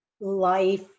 life